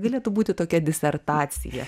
galėtų būti tokia disertacija